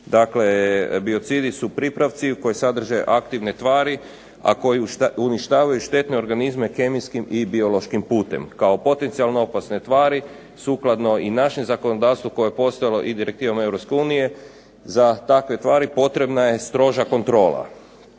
dakle, biocidi su pripravci koji sadrže aktivne tvari, a koji uništavaju štetne organizme kemijskim i biološkim putem. Kao potencijalno opasne tvari sukladno i našem zakonodavstvu koje je postojalo i direktivama EU za takve stvari potrebna je stroža kontrola.